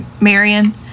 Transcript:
Marion